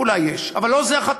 אולי יש, אבל לא על זה החתימה.